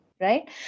Right